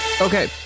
Okay